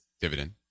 dividend